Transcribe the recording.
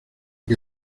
que